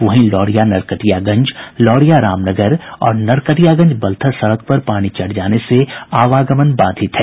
वहीं लौरिया नरकटियागंज लौरिया रामनगर और नरकटियागंज बलथर सड़क पर पानी चढ़ जाने से आवागमन बाधित है